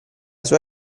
sua